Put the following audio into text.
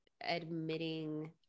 admitting